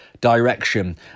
direction